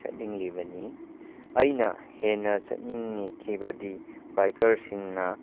ꯆꯠꯅꯤꯡꯂꯤꯕꯅꯤ ꯑꯩꯅ ꯍꯦꯟꯅ ꯆꯠꯅꯤꯡꯈꯤꯕꯗꯤ ꯕꯥꯏꯀꯔꯁꯤꯡꯅ